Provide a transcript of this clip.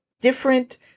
Different